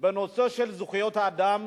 בנושא של זכויות האדם